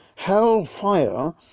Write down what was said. Hellfire